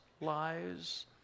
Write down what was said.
lies